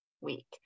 week